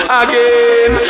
again